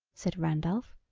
said randolph.